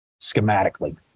schematically